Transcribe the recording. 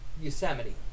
Yosemite